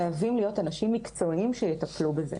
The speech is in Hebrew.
חייבים להיות אנשים מקצועיים שיטפלו בזה.